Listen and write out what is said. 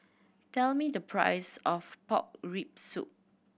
tell me the price of pork rib soup